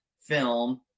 film